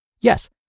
Yes